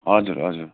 हजुर हजुर